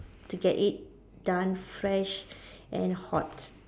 to get it done fresh and hot